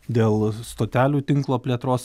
dėl stotelių tinklo plėtros